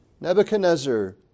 Nebuchadnezzar